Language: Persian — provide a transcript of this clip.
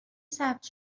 ثبت